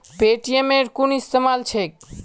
पेटीएमेर कुन इस्तमाल छेक